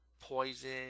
poison